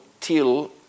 till